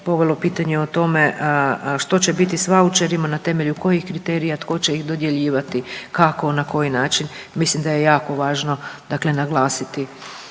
povelo pitanje o tome što će biti s vaučerima, na temelju kojih kriterija, tko će ih dodjeljivati, kako i na koji način. Mislim da je jako važno dakle naglasiti